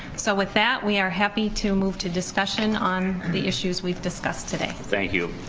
so with that we are happy to move to discussion on the issues we've discussed today. thank you.